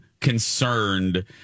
concerned